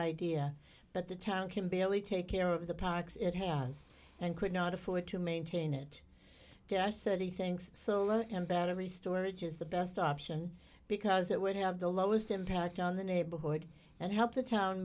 idea but the town can barely take care of the parks it has and could not afford to maintain it just said he thinks so battery storage is the best option because it would have the lowest impact on the neighborhood and help the town